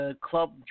Club